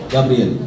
Gabriel